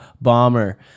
bomber